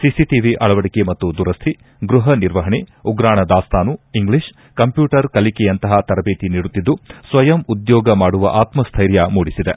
CCTV ಅಳವಡಿಕೆ ಮತ್ತು ದುರಸ್ಸಿ ಗ್ರಹ ನಿರ್ವಹಣೆ ಉಗ್ರಾಣ ದಾಸ್ತಾನು ಇಂಗ್ಲೀಷ್ ಕಂಪ್ಯೂಟರ್ ಕಲಿಕೆಯಂತಹ ತರಬೇತಿ ನೀಡುತ್ತಿದ್ದು ಸ್ವಯಂ ಉದ್ಯೋಗ ಮಾಡುವ ಆತ್ರಸ್ವೈರ್ಯ ಮೂಡಿಸಿದೆ